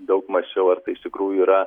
daug mąsčiau ar tai iš tikrųjų yra